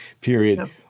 period